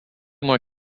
more